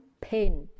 pain